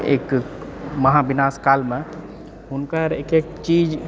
एक महाविनाश कालमे हुनकर एक एक चीज